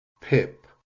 pip